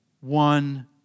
one